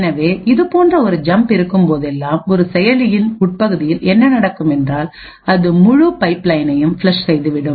எனவே இதுபோன்ற ஒரு ஜம்ப் இருக்கும் போதெல்லாம் ஒரு செயலியில் உட்பகுதியில் என்ன நடக்கும் என்றால் அது முழு பைப் லயனையும் ஃபிளஷ் செய்துவிடும்